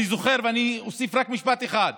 אני זוכר, ואני אוסיף רק משפט אחד: